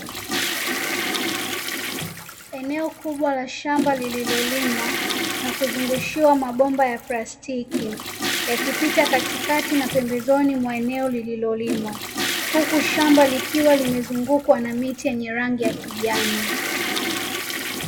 Eneo kubwa la shamba lililolimwa na kuzunguushiwa mabomba ya plastiki yakipita katikati na pembezoni mwa eneo lililolimwa. Huku shamba likiwa limezunguukwa na miti yenye rangi ya kijani.